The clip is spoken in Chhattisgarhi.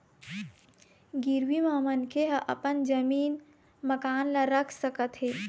गिरवी म मनखे ह अपन जमीन, मकान ल रख सकत हे